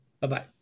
Bye-bye